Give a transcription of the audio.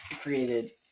created